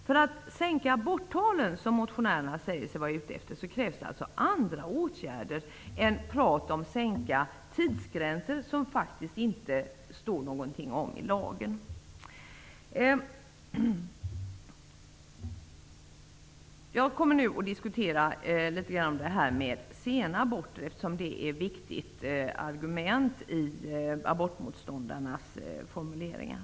För att sänka aborttalen, vilket motionärerna säger sig vara ute efter, krävs det alltså andra åtgärder än sänkta tidsgränser. Det står faktiskt inte någonting om dessa tidsgränser i lagen. Jag vill ta upp frågan om sena aborter, eftersom dessa är ett viktigt argument i abortmotståndarnas formuleringar.